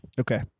Okay